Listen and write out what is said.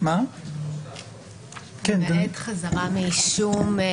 למעט חזרה מאישום.